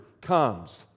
comes